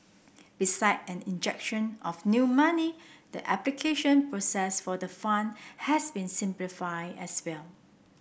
beside an injection of new money the application process for the fund has been simplified as well